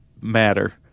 matter